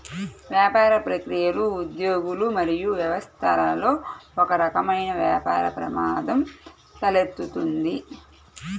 వ్యాపార ప్రక్రియలు, ఉద్యోగులు మరియు వ్యవస్థలలో ఒకరకమైన వ్యాపార ప్రమాదం తలెత్తుతుంది